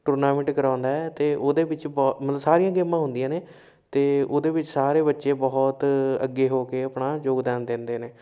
tournament ਕਰਾਉਂਦਾ ਹੈ ਅਤੇ ਉਹਦੇ ਵਿੱਚ ਬਹੁ ਮਤਲਬ ਸਾਰੀਆਂ ਗੇਮਾਂ ਹੁੰਦੀਆਂ ਨੇ ਅਤੇ ਉਹਦੇ ਵਿੱਚ ਸਾਰੇ ਬੱਚੇ ਬਹੁਤ ਅੱਗੇ ਹੋ ਕੇ ਆਪਣਾ ਯੋਗਦਾਨ ਦਿੰਦੇ ਨੇ